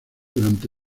durante